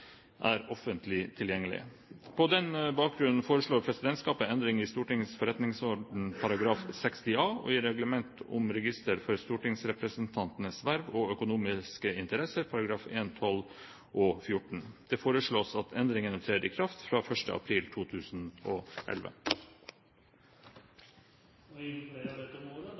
er offentlig tilgjengelige. På den bakgrunn foreslår presidentskapet i henhold til Stortingets forretningsorden § 60 a endringer i Reglement om register for stortingsrepresentantenes verv og økonomiske interesser, §§ 1, 12 og 14. Det foreslås at endringene trer i kraft fra 1. april 2011. Flere har ikke bedt om ordet